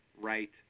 right